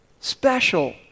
special